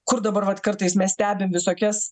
kur dabar vat kartais mes stebim visokias